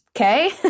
okay